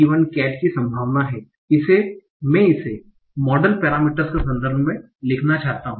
cat की संभावना है मैं इसे मॉडल पैरामीटरस के संदर्भ में लिखना चाहता हूं